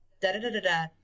Da-da-da-da-da